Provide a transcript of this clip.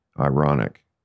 ironic